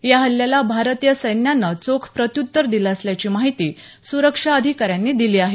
या हल्याला भारतीय सैन्यानं चोख प्रत्यूत्तर दिलं असल्याची माहिती सुरक्षा अधिकाऱ्यांनी दिली आहे